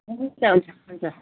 हुन्छ हुन्छ हुन्छ